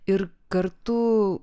ir kartu